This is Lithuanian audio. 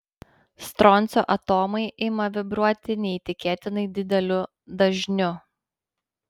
stroncio atomai ima vibruoti neįtikėtinai dideliu dažniu